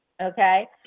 Okay